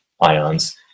ions